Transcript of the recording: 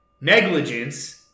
negligence